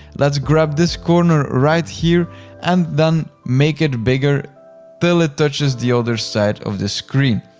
let's grab this corner right here and then make it bigger til it touches the other side of the screen.